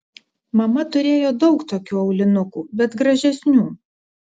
mama turėjo daug tokių aulinukų bet gražesnių